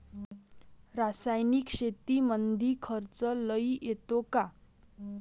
रासायनिक शेतीमंदी खर्च लई येतो का?